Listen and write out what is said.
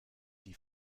die